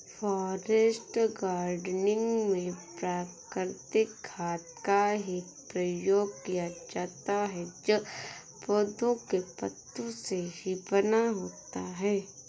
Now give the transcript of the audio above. forest gardening में प्राकृतिक खाद का ही प्रयोग किया जाता है जो पौधों के पत्तों से ही बना होता है